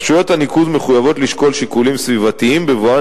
רשויות הניקוז מחויבות לשקול שיקולים סביבתיים בבואן